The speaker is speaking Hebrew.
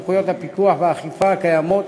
כנסת נכבדה, פנים והגנת הסביבה.